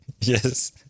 Yes